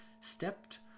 stepped